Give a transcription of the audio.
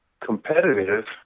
competitive